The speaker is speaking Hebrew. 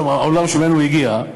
העולם שממנו הוא הגיע,